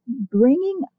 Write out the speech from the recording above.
bringing